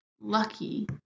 lucky